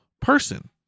person